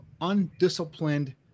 undisciplined